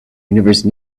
universe